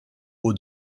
aux